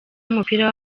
w’umupira